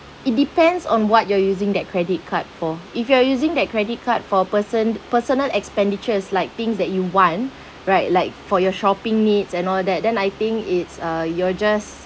it depends on what you're using that credit card for if you are using that credit card for person personal expenditures like things that you want right like for your shopping needs and all that then I think it's uh you're just